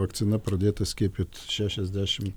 vakcina pradėta skiepyt šešiasdešim